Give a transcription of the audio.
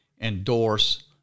endorse